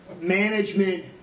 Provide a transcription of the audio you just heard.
management